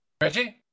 Reggie